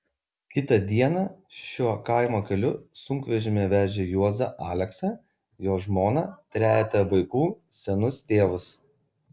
kitą dieną šiuo kaimo keliu sunkvežimyje vežė juozą aleksą jo žmoną trejetą vaikų senus tėvus